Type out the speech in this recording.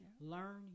Learn